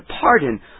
pardon